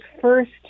first